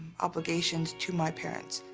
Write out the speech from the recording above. obligations to my parents.